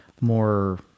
more